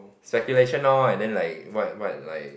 speculation now lor then like what what like